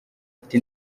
afite